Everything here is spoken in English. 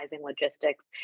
logistics